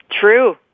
True